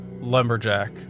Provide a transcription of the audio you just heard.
lumberjack